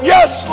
Yes